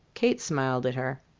kate smiled at her.